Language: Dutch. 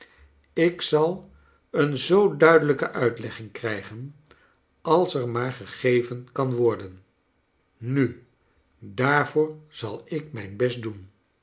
ik zal een zoo duidelijke uitlegging krijgen als er maar gegeven kan worden nu daarvoor zal ik mijn best doen